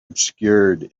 obscured